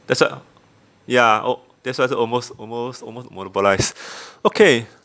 that's why ya al~ that's why I said almost almost almost monopolise okay